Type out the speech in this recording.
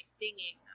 singing